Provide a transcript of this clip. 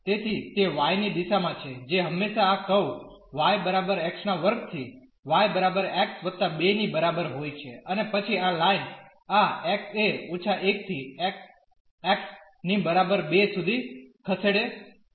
તેથી તે y ની દિશામાં છે જે હંમેશાં આ કર્વ y બરાબર x2 થી y બરાબર x 2 ની બરાબર હોય છે અને પછી આ લાઇનઆ x એ 1 થી x ની બરાબર 2 સુધી ખસેડશે છે